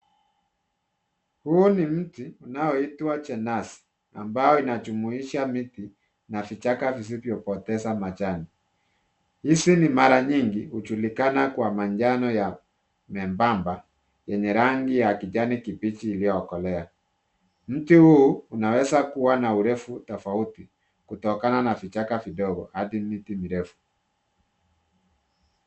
Huyu ni miti unaoitwa jenezi ambayo inajumuisha miti na vichaka visivyopoteza poteza majani. Hizi ni mara nyingi ujulikana kwa manjano wa mepamba enye rangi ya kijani kibichi iliokolea. Miti huu unaweza kuwa urefu tafauti kutokana na vichaka vidogo hadi miti mirefu.